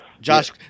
Josh